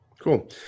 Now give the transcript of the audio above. Cool